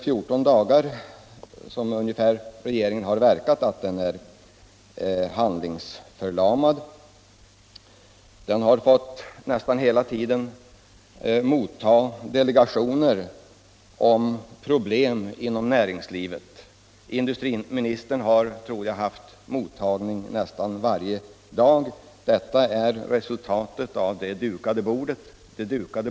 har verkat att den är handlingsförlamad. Men regeringen har nästan hela tiden fått motta delegationer som uppvaktat om problemen inom näringslivet. Industriministern har haft mottagning nästan varje dag, tror jag. Detta är det dukade bordet!